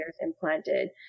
implanted